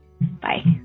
Bye